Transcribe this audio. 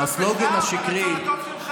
בושה.